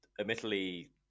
Admittedly